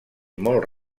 molt